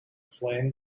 flame